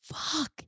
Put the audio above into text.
fuck